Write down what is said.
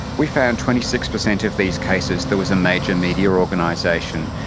we found twenty six percent of these cases there was a major media organisation,